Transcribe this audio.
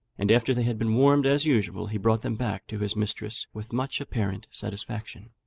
and after they had been warmed as usual, he brought them back to his mistress with much apparent satisfaction,